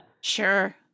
Sure